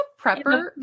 prepper